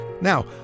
Now